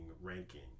ranking